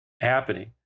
happening